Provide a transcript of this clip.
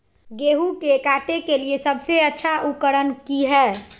गेहूं के काटे के लिए सबसे अच्छा उकरन की है?